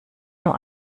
nur